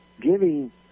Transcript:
Giving